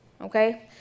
okay